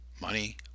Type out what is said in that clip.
money